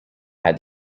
had